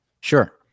Sure